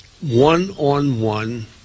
one-on-one